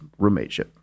roommateship